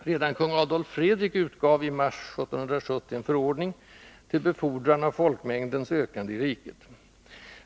Redan kung Adolf Fredrik utgav i mars 1770 en förordning ”Till befordran af Folkmängdens ökande i Riket”.